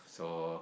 so